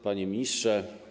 Panie Ministrze!